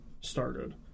started